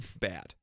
bad